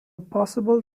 possible